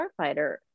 Starfighter